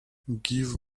give